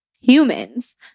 humans